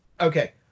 okay